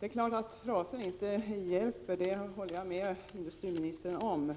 Det är klart att fraser inte hjälper; på den punkten håller jag med industriministern.